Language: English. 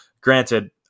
granted